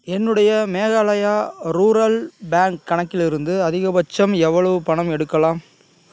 என்னுடைய Meghalaya rural bank கணக்கிலிருந்து அதிகபட்சம் எவ்வளவு பணம் எடுக்கலாம்